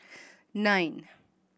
nine